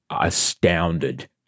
astounded